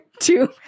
two